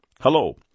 Hello